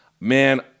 Man